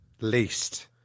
least